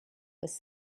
was